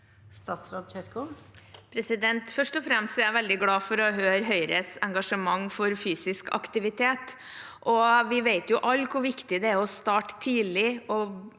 Først og fremst er jeg veldig glad for å høre Høyres engasjement for fysisk aktivitet. Vi vet alle hvor viktig det er å starte tidlig